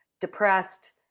depressed